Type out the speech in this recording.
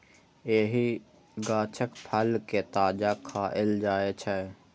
एहि गाछक फल कें ताजा खाएल जाइ छै